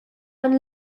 and